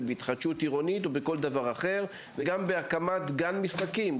התחדשות עירונית וגם בהקמת גן משחקים,